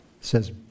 says